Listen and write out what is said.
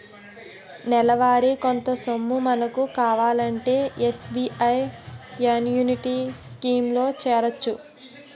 నెలవారీ కొంత సొమ్ము మనకు కావాలంటే ఎస్.బి.ఐ యాన్యుటీ స్కీం లో చేరొచ్చు